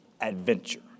adventure